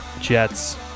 Jets